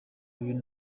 uyu